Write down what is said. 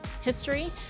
history